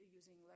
using